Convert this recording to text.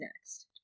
next